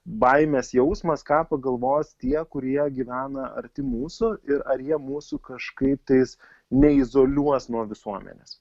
baimės jausmas ką pagalvos tie kurie gyvena arti mūsų ir ar jie mūsų kažkaip tais neizoliuos nuo visuomenės